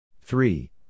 Three